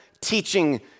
teaching